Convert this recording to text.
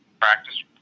practice